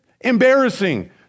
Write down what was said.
embarrassing